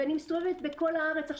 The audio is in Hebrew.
ואני מסתובבת בכל הארץ עכשיו,